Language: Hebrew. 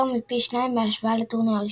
יותר מפי שניים בהשוואה לטורניר הראשון.